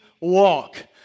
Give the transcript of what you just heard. walk